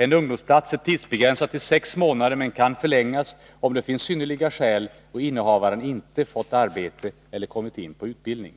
En ungdomsplats är tidsbegränsad till sex månader men kan förlängas om det finns synnerliga skäl och innehavaren inte fått arbete eller kommit in på utbildning.